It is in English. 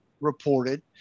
reported